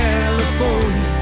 California